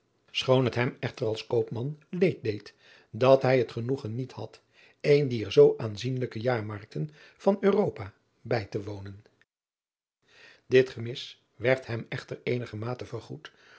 schoon het hem echter als koopman leed deed dat hij het genoegen niet had een dier zoo aanzienlijke jaarmarkten van uropa bij te wonen it gemis werd hem echter eenigermate vergoed